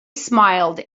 smiled